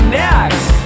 next